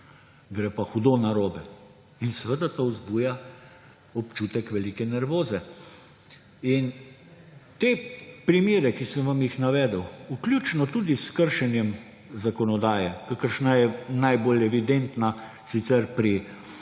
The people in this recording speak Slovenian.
gre hudo narobe, in to zbuja občutek velike nervoze. Ti primeri, ki sem vam jih navedel, vključno tudi s kršenjem zakonodaje, kakršna je najbolj evidentna sicer pri